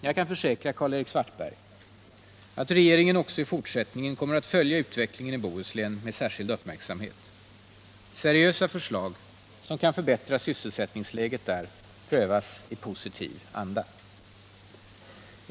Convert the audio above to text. Jag kan försäkra Karl-Erik Svartberg att regeringen också i fortsättningen kommer att följa utvecklingen i Bohuslän med särskild uppmärksamhet. Seriösa förslag, som kan förbättra sysselsättningsläget där, prövas i positiv anda.